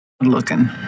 Looking